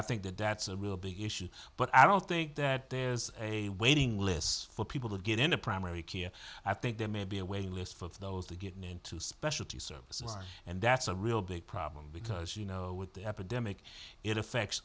i think that that's a real big issue but i don't think that there's a waiting list for people to get into primary care i think there may be a waiting list for those to get into specialty services and that's a real big problem because you know with the epidemic it affects